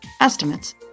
estimates